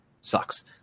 sucks